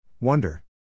Wonder